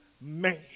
man